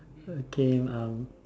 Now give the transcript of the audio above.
okay um